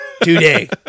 Today